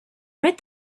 read